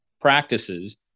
practices